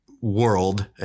world